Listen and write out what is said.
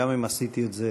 גם אם עשיתי את זה